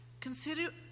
Consider